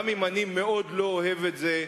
גם אם אני מאוד לא אוהב את זה,